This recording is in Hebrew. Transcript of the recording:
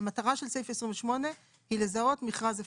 המטרה של סעיף 28 היא לזהות מכרז הפסד.